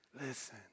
listen